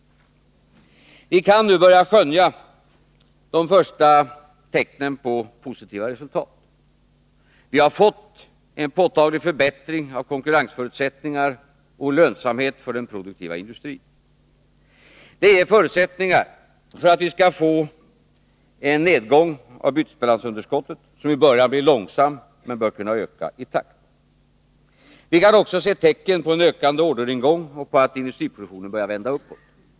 Vi kan nu börja skönja de första tecknen på positiva resultat. Vi har fått en påtaglig förbättring av konkurrensförutsättningar och lönsamhet för den produktiva industrin. Detta ger förutsättningar för att vi skall få en nedgång av bytesbalansunderskottet, vilken till en början blir långsam, men bör kunna få en ökad takt. Vi kan också se tecken på en ökande orderingång och på att industriproduktionen börjar vända uppåt.